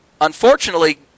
unfortunately